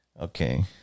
Okay